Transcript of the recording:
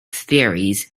theories